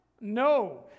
No